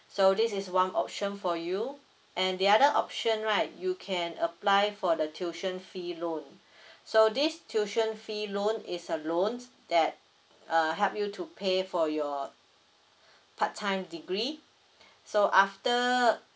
so this is one option for you and the other option right you can apply for the tuition fee loan so this tuition fee loan is a loans that uh help you to pay for your part time degree so after